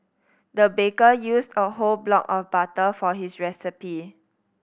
the baker used a whole block of butter for his recipe